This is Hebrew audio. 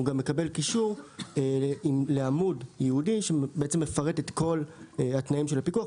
הוא מקבל גם קישור לעמוד ייעודי שמפרט את כל תנאי הפיקוח.